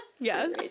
Yes